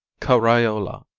cariola,